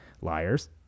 liars